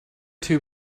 two